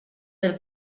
del